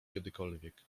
kiedykolwiek